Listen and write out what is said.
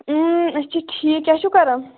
أسۍ چھِ ٹھیٖک کیٛاہ چھِو کَران